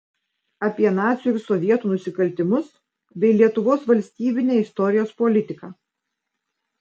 apie nacių ir sovietų nusikaltimus bei lietuvos valstybinę istorijos politiką